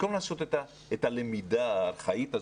במקום לעשות את הלמידה הפרונטלית,